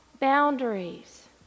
boundaries